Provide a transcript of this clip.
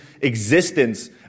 existence